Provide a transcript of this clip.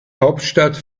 hauptstadt